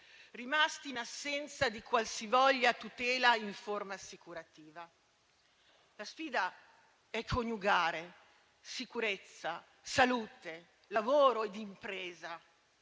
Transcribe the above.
rimasti in assenza di qualsivoglia tutela in forma assicurativa. La sfida è coniugare sicurezza, salute, lavoro ed impresa,